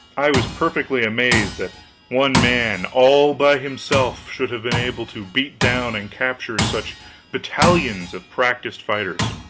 i was perfectly amazed, that one man, all by himself, should have been able to beat down and capture such battalions of practiced fighters.